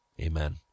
amen